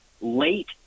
late